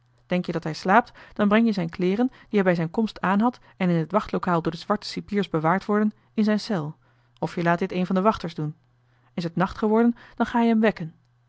denk-je dat hij slaapt dan breng je zijn kleeren die hij bij zijn komst aanhad en in het wachtlokaal door de zwarte cipiers bewaard worden in zijn cel of je laat dit een van de wachters doen is het nacht geworden dan ga-je hem wekken